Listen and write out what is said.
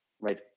right